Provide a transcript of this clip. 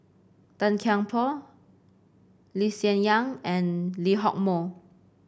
Tan Kian Por Lee Hsien Yang and Lee Hock Moh